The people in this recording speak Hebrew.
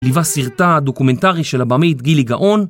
ליווה סרטה הדוקומנטרי של הבמית גילי גאון